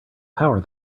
power